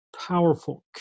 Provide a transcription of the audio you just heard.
powerful